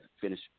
finish